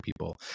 people